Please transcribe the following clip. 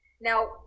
Now